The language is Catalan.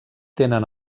tenen